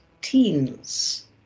teens